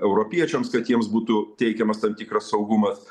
europiečiams kad jiems būtų teikiamas tam tikras saugumas